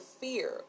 fear